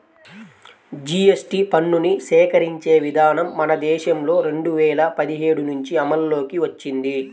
GST పన్నుని సేకరించే విధానం మన దేశంలో రెండు వేల పదిహేడు నుంచి అమల్లోకి వచ్చింది